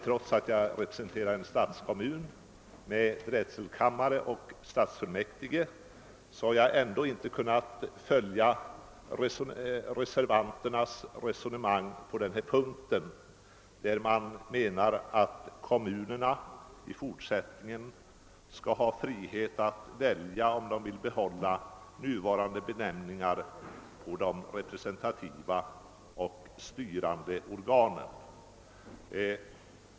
Trots att jag representerar en stadskommun med drätselkammare och stadsfullmäktige har jag ändå inte kunnat följa reservanternas resonemang på denna punkt, när de menar att kommunerna i fortsättningen skall ha frihet att välja om de vill behålla nuvarande benämningar på de representativa och styrande organen.